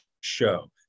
show